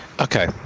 Okay